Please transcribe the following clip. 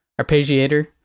Arpeggiator